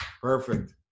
Perfect